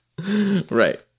right